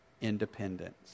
independence